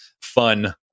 fun